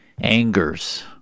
angers